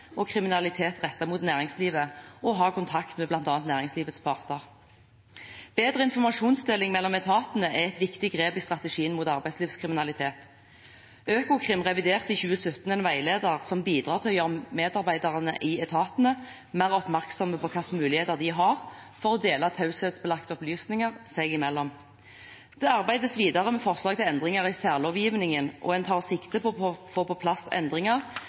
og kriminalitet rettet mot næringslivet og ha kontakt med bl.a. næringslivets parter. Bedre informasjonsdeling mellom etatene er et viktig grep i strategien mot arbeidslivskriminalitet. Økokrim reviderte i 2017 en veileder som bidrar til å gjøre medarbeiderne i etatene mer oppmerksomme på hvilke muligheter de har for å dele taushetsbelagte opplysninger seg imellom. Det arbeides videre med forslag til endringer i særlovgivningen, og en tar sikte på å få på plass endringer